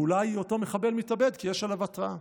ואולי היא אותו מחבל מתאבד, כי יש עליו התראה.